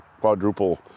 quadruple